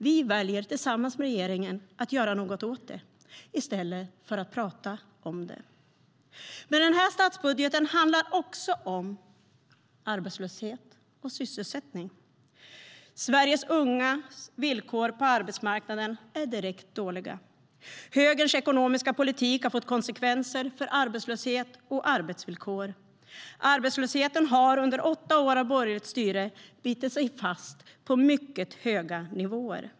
Vi väljer, tillsammans med regeringen, att göra något åt det i stället för att prata om det. Den här statsbudgeten handlar också om arbetslöshet och sysselsättning. Sveriges ungas villkor på arbetsmarknaden är direkt dåliga. Högerns ekonomiska politik har fått konsekvenser för arbetslöshet och arbetsvillkor. Arbetslösheten har under åtta år av borgerligt styre bitit sig fast på mycket höga nivåer.